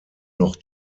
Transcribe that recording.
noch